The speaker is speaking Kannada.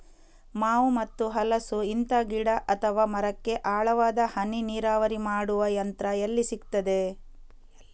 ಮಾವು ಮತ್ತು ಹಲಸು, ಇಂತ ಗಿಡ ಅಥವಾ ಮರಕ್ಕೆ ಆಳವಾದ ಹನಿ ನೀರಾವರಿ ಮಾಡುವ ಯಂತ್ರ ಎಲ್ಲಿ ಸಿಕ್ತದೆ?